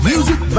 Music